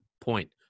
point